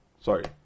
sorry